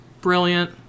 brilliant